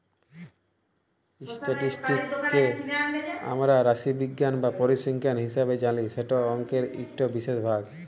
statistics কে আমরা রাশিবিজ্ঞাল বা পরিসংখ্যাল হিসাবে জালি যেট অংকের ইকট বিশেষ ভাগ